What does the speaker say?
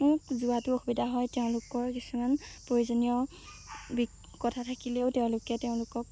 যোৱাটো অসুবিধা হয় তেওঁলোকৰ কিছুমান প্ৰয়োজনীয় কথা থাকিলেও তেওঁলোকে তেওঁলোকক